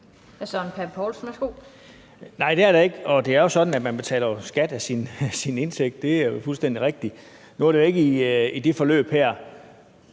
13:55 Søren Pape Poulsen (KF): Nej, det er der ikke, og det er jo sådan, at man betaler skat af sin indtægt. Det er fuldstændig rigtigt. Nu er det i det her forløb,